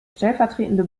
stellvertretende